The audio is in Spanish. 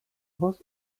voz